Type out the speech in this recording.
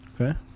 Okay